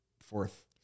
fourth